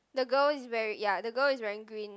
the girl is wearing ya the girl is wearing green